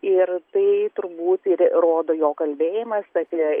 ir tai turbūt ir rodo jo kalbėjimas apie